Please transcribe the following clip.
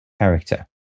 character